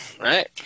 right